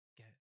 get